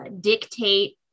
dictate